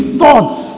thoughts